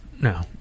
no